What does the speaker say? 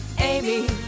Amy